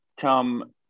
come